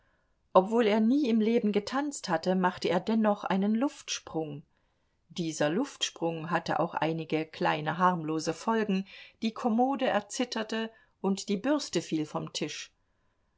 obwohl er nie im leben getanzt hatte machte er dennoch einen luftsprung dieser luftsprung hatte auch einige kleine harmlose folgen die kommode erzitterte und die bürste fiel vom tisch